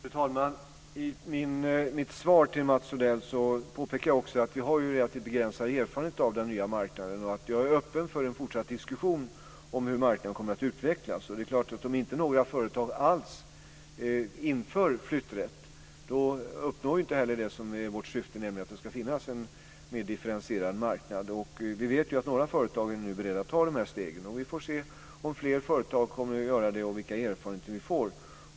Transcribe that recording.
Fru talman! I mitt svar till Mats Odell påpekar jag också att vi har relativt begränsade erfarenheter av den nya marknaden och att jag är öppen för en fortsatt diskussion om hur marknaden kommer att utvecklas. Om inte några företag alls inför flytträtt uppnår vi självfallet inte heller det som är vårt syfte, nämligen att det ska finnas en mer differentierad marknad. Vi vet ju att några företag är beredda att ta de här stegen. Vi får väl se om fler företag kommer att göra det och vilka erfarenheter vi får.